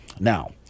now